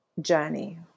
journey